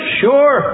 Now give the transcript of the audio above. sure